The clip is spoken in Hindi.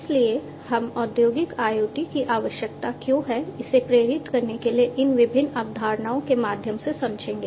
इसलिए हम औद्योगिक IoT की आवश्यकता क्यों है इसे प्रेरित करने के लिए इन विभिन्न अवधारणाओं के माध्यम से समझेंगे